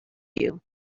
you